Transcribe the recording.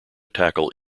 tackle